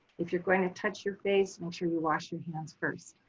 if you're going to touch your face, make sure you wash your hands first.